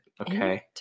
Okay